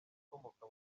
ukomoka